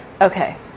Okay